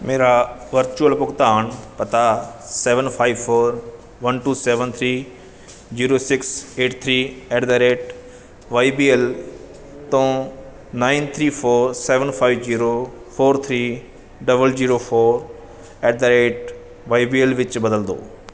ਮੇਰਾ ਵਰਚੁਅਲ ਭੁਗਤਾਨ ਪਤਾ seven five four one two seven three zero six eight three at the rate Y B L ਤੋਂ nine three four seven five zero four three double zero four at the rate Y B L ਵਿੱਚ ਬਦਲ ਦਿਓ